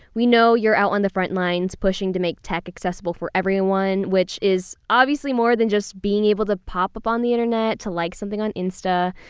we know you're out on the front lines pushing to make tech accessible for everyone, which is obviously more than just being able to pop up on the internet to like something on insta.